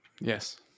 Yes